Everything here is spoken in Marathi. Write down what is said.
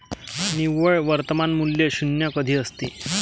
निव्वळ वर्तमान मूल्य शून्य कधी असते?